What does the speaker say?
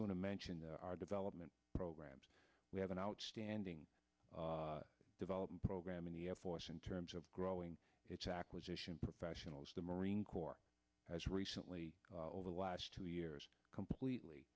going to mention the our development programs we have an outstanding development program in the air force in terms of growing its acquisition professionals the marine corps has recently over the last two years completely